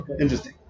Interesting